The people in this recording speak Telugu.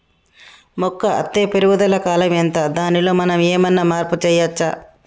మొక్క అత్తే పెరుగుదల కాలం ఎంత దానిలో మనం ఏమన్నా మార్పు చేయచ్చా?